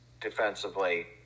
defensively